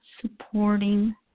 supporting